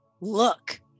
look